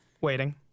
waiting